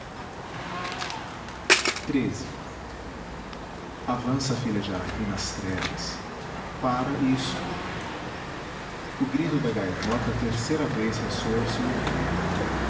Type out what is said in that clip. avança a filha de araquém nas trevas pára e escuta o grito da gaivota terceira vez ressoa ao seu ouvido